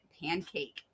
pancake